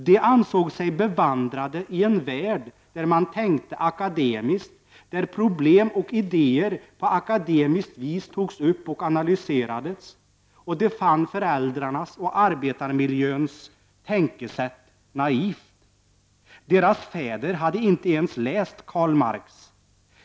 De ansåg sig bevandrade i en värld där man tänkte akademiskt, där problem och idéer på akademiskt vis togs upp och analyserades och de fann föräldrarnas och arbetarmiljöns tänkesätt naivt. Deras fäder hade inte ens läst Karl Marx.